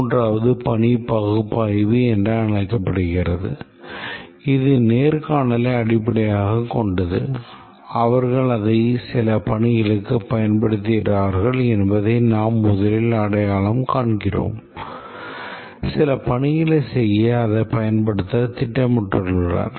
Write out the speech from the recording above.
மூன்றாவது பணி பகுப்பாய்வு என அழைக்கப்படுகிறது இது நேர்காணலை அடிப்படையாகக் கொண்டது அவர்கள் அதை சில பணிகளுக்குப் பயன்படுத்துகிறார்கள் என்பதை நாம் முதலில் அடையாளம் காண்கிறோம் சில பணிகளைச் செய்ய அதைப் பயன்படுத்த திட்டமிட்டுள்ளனர்